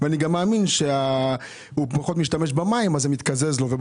אני גם מאמין שהוא פחות משתמש במים ובחשמל,